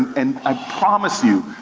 and i promise you,